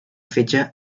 fetge